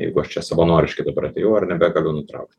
jeigu aš čia savanoriškai dabar atėjau ar nebegaliu nutraukti